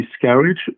discouraged